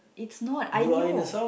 it's not I knew